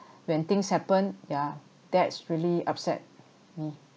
when things happen yeah that's really upset mm